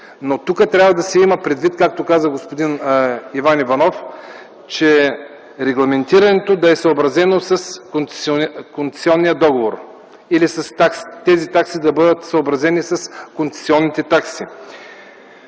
Тук трябва да се има предвид, както каза господин Иван Иванов, че регламентирането трябва да е съобразено с концесионния договор или тези такси да бъдат съобразени с концесионните такси.